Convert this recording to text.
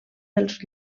dels